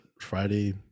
friday